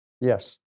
Yes